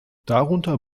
darunter